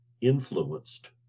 influenced